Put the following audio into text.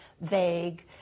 vague